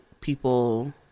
people